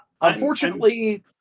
Unfortunately